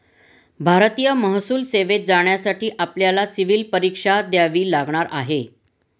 भारतीय महसूल सेवेत जाण्यासाठी आपल्याला सिव्हील परीक्षा द्यावी लागणार आहे